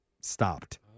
stopped